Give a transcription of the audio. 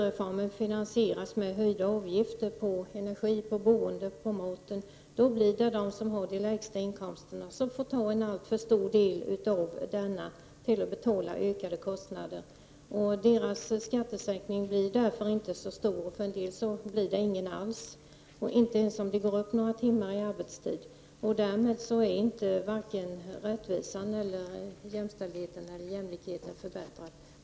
Reformen finansieras med höjda avgifter på energin, boendet och maten, och då får de som har de lägsta inkomsterna betala en alltför stor del av de ökade kostnaderna. Deras skattesänkning blir därför inte så stor, och för en del blir det ingen alls, inte ens om de går upp några timmar i arbetstid. Därmed är läget varken när det gäller rättvisa, jämställdhet eller jämlikhet förbättrat.